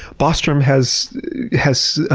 bostrom has has